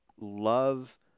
love